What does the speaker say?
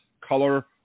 color